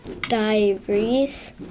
diaries